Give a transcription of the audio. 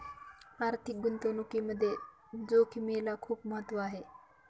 आर्थिक गुंतवणुकीमध्ये जोखिमेला खूप महत्त्व आहे